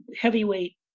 heavyweight